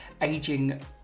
aging